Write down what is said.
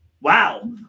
wow